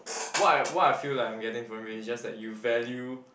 what I what I feel like I'm getting from it is just like you value